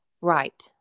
Right